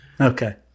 okay